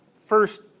first